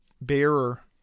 bearer